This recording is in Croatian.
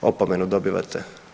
Opomenu dobivate.